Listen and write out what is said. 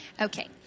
Okay